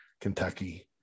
Kentucky